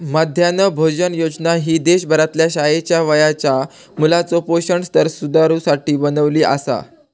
मध्यान्ह भोजन योजना ही देशभरातल्या शाळेच्या वयाच्या मुलाचो पोषण स्तर सुधारुसाठी बनवली आसा